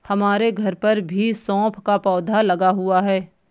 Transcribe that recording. हमारे घर पर भी सौंफ का पौधा लगा हुआ है